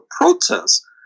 protests